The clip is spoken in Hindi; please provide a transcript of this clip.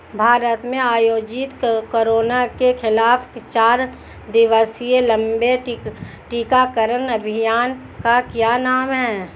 भारत में आयोजित कोरोना के खिलाफ चार दिवसीय लंबे टीकाकरण अभियान का क्या नाम है?